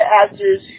actors